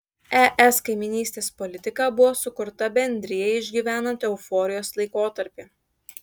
es kaimynystės politika buvo sukurta bendrijai išgyvenant euforijos laikotarpį